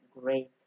great